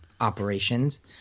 operations